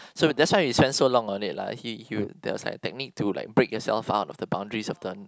so that's why we spent so long on it lah he he would there was like a technique to like break yourself out of the boundaries of the